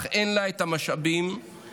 אך אין לה את המשאבים הנפשיים